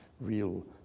real